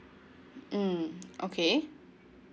mm okay